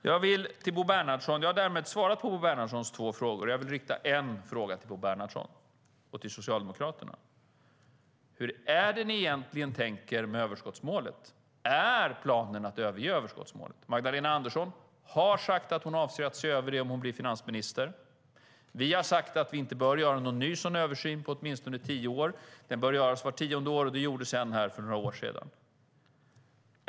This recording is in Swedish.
Jag har därmed svarat på Bo Bernhardssons två frågor, och jag vill rikta en fråga till honom och Socialdemokraterna: Hur tänker ni egentligen när det gäller överskottsmålet - är planen att överge det? Magdalena Andersson har sagt att hon avser att se över det om hon blir finansminister. Vi har sagt att vi inte bör göra någon ny sådan översyn på åtminstone tio år. Den bör göras vart tionde år, och det gjordes en för några år sedan.